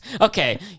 Okay